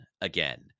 again